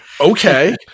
Okay